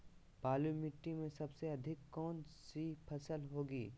बालू मिट्टी में सबसे अधिक कौन सी फसल होगी?